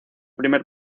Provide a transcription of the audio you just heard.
primer